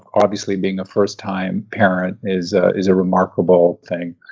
obviously, being a first-time parent is ah is a remarkable thing.